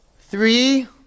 Three